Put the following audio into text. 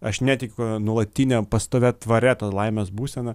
aš netikiu nuolatine pastovia tvaria ta laimės būsena